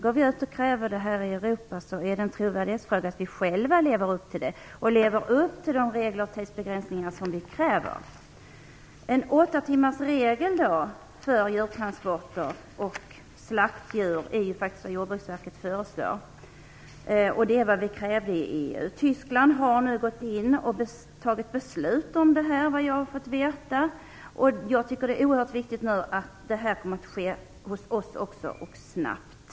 Om vi går ut och kräver det här i Europa måste vi för att vara trovärdiga själva leva upp till de regler och tidsbegränsningar som vi kräver. En åttatimmarsregel för djurtransporter och slaktdjur är vad Jordbruksverket föreslår. Det är vad vi krävde i EU. Tyskland har nu fattat beslut om detta. Jag tycker att det är oerhört viktigt att detta sker också hos oss och sker snabbt.